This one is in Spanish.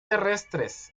terrestres